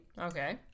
Okay